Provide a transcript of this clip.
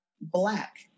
black